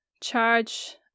charge